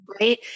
Right